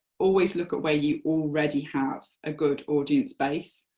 always look at where you already have a good audience base.